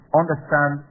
understand